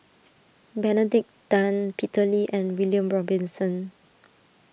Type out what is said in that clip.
Benedict Tan Peter Lee and William Robinson